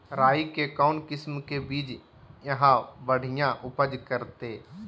राई के कौन किसिम के बिज यहा बड़िया उपज करते?